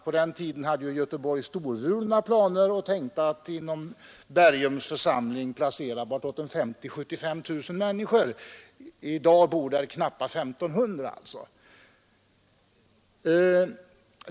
På den tiden hade Göteborg storvulna planer på att inom Bergums församling placera bortåt 50 000 å 75 000 människor — i dag bor där knappt 1 500!